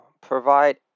provide